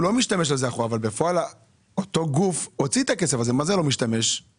הוא מסתכל שנתית לשנת הכספים 2023,